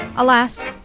Alas